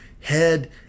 head